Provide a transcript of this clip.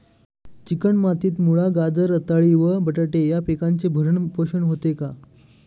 Chicken मातीत मुळा, गाजर, रताळी व बटाटे या पिकांचे भरण पोषण होते का?